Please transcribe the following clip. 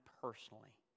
personally